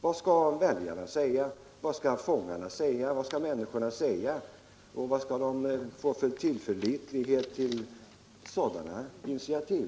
Vad skall fångarna säga? Vad skall människorna över huvud taget säga och vilken tilltro skall man ha till sådana initiativ?